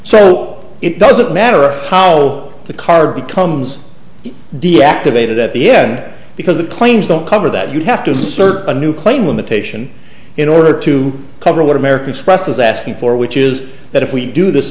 so it doesn't matter a hollow the card becomes deactivated at the end because the claims don't cover that you'd have to insert a new claim limitation in order to cover what american express is asking for which is that if we do this